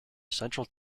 central